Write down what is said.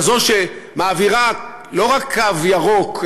כזו שמעבירה לא רק קו ירוק,